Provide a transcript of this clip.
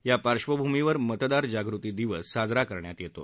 या पार्बभूमीवर मतदार जागृती दिवस साजरा करण्यात येतो